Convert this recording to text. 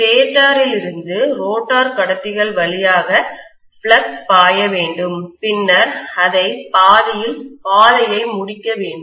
ஸ்டேட்டரிலிருந்து rotor கடத்திகள் வழியாக flux பாய வேண்டும் பின்னர் அது பாதையை முடிக்க வேண்டும்